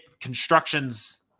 constructions